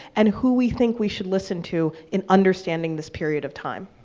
and who we think we should listen to in understanding this period of time.